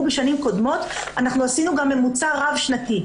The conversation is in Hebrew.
בשנים קודמות אנחנו עשינו גם ממוצע רב-שנתי.